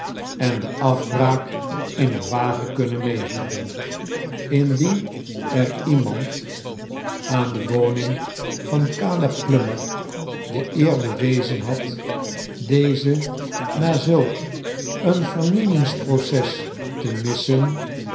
en de afbraak in een wagen kunnen meevoeren indien er iemand aan de woning charles dickens van caleb plummeir de eer bewezen had deze na zulk een vieirnielingsproces fee missen